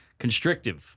constrictive